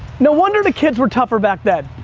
no wonder the kids were tougher back then.